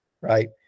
right